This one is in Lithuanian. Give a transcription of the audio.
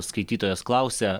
skaitytojas klausia